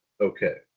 okay